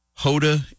Hoda